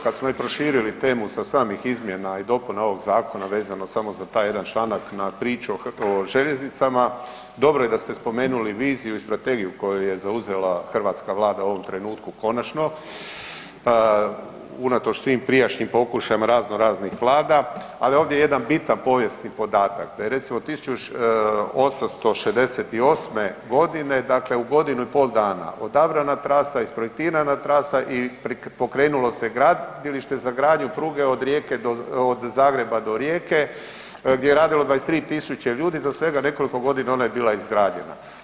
Kad smo već proširili temu sa samih izmjena i dopuna ovog zakona vezano samo za taj jedan članak na priču o željeznicama, dobro je da ste spomenuli viziju i strategiju koju je zauzela hrvatska Vlada u ovom trenutku konačno, unatoč svim prijašnjim pokušajima raznoraznih vlada, ali ovdje je jedan bitan povijesni podatak, da je recimo 1868.g. u godinu i pol dana odabrana trasa, isprojektirana trasa i pokrenulo se gradilište za gradnju pruge od Zagreba do Rijeke gdje je radilo 23.000 ljudi za svega nekoliko godina ona je bila izgrađena.